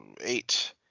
eight